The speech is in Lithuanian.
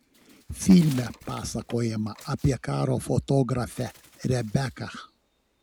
filme pasakojama apie karo fotografę rebeką